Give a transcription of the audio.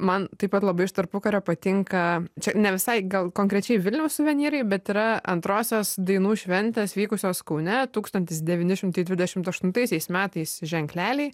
man taip pat labai iš tarpukario patinka čia ne visai gal konkrečiai vilniaus suvenyrai bet yra antrosios dainų šventės vykusios kaune tūkstantis devyni šimtai dvidešimt aštuntaisiais metais ženkleliai